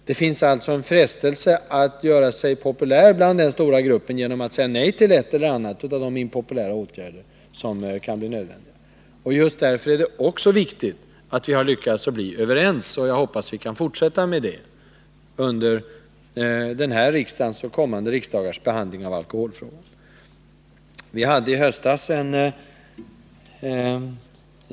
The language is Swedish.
Det finns alltså en frestelse att göra sig populär hos den stora gruppen genom att säga nej till en eller annan av de åtgärder som kan bli nödvändiga. Just därför är det viktigt att vi har lyckats bli överens. Jag hoppas att vi kan fortsätta att vara överens vid behandlingen av alkoholfrågan under såväl det här riksmötet som kommande riksmöten.